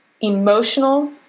Emotional